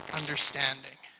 understanding